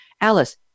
Alice